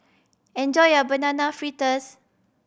enjoy your Banana Fritters